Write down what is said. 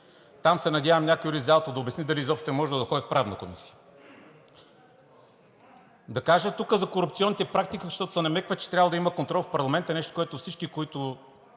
Оттам се надявам някой в залата да обясни дали изобщо е можело да ходи в Правната комисия, да каже тук за корупционните практики, защото се намеква, че е трябвало да има контрол в парламента. Нещо, което всички, които